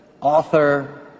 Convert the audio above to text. author